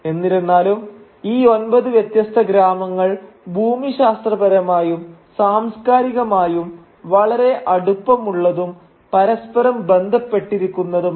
എന്നിരുന്നാലും ഈ ഒമ്പത് വ്യത്യസ്ത ഗ്രാമങ്ങൾ ഭൂമിശാസ്ത്രപരമായും സാംസ്കാരികമായും വളരെ അടുപ്പമുള്ളതും പരസ്പരം ബന്ധപ്പെട്ടിരിക്കുന്നുതുമാണ്